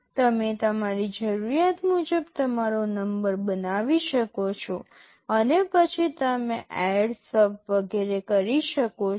તમે તમારી જરૂરિયાત મુજબ તમારો નંબર બનાવી શકો છો અને પછી તમે ADD SUB વગેરે કરી શકો છો